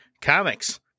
comics